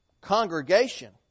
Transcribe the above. congregation